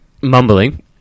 Mumbling